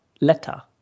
letter